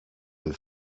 den